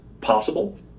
possible